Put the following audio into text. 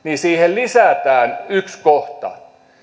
lisätään yksi kohta